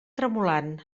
tremolant